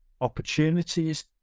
opportunities